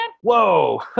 Whoa